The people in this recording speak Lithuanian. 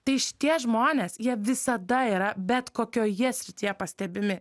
tai šitie žmonės jie visada yra bet kokioje srityje pastebimi